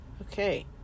Okay